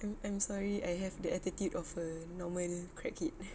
I'm sorry I have the attitude of a normal crack head